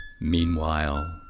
Meanwhile